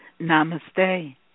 Namaste